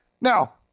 Now